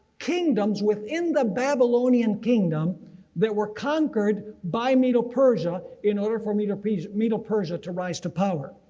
kingdoms within the babylonian kingdom that were conquered by medo-persia in order for medo-persia medo-persia to rise to power.